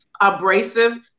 abrasive